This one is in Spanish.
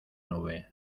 nube